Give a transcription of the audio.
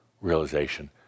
realization